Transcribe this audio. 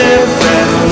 different